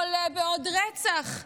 עולה בעוד רצח.